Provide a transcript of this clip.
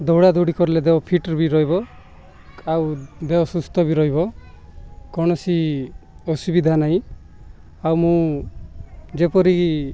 ଦୌଡ଼ା ଦୌଡ଼ି କଲେ ଦେହ ଫିଟ୍ ବି ରହିବ ଆଉ ଦେହ ସୁସ୍ଥ ବି ରହିବ କୌଣସି ଅସୁବିଧା ନାହିଁ ଆଉ ମୁଁ ଯେପରି